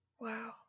Wow